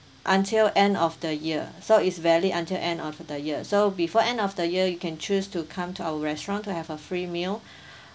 until end of the year so is valid until end of the year so before end of the year you can choose to come to our restaurant to have a free meal